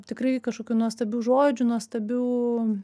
tikrai kažkokių nuostabių žodžių nuostabių